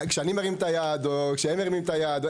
כשאני מרים את היד או כשהם מרים את היד?